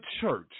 church